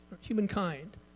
humankind